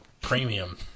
Premium